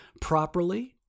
properly